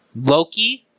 Loki